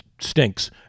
stinks